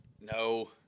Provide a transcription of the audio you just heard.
no